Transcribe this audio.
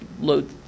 load